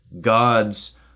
God's